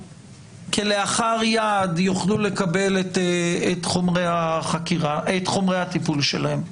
כלאחר יד יוכלו לקבל את חומרי הטיפול שלהן.